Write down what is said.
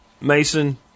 Mason